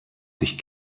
sich